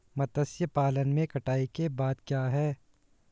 मत्स्य पालन में कटाई के बाद क्या है?